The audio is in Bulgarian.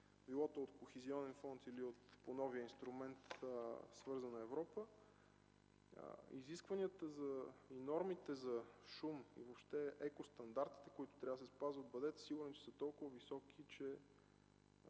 било от Кохезионния фонд или по новия инструмент – „Свързана Европа”, изискванията и нормите за шум, въобще екостандартите, които трябва да се спазват, бъдете сигурни, че са толкова високи, че